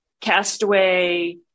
Castaway